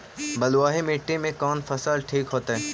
बलुआही मिट्टी में कौन फसल ठिक होतइ?